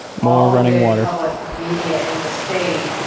all the big public media in the state,